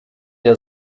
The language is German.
der